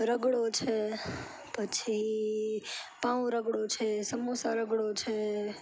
રગડો છે પછી પાંવ રગડો છે સમોસા રગડો છે